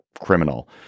criminal